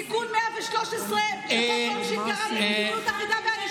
תיקון 113 לחוק העונשין גרם בענישה.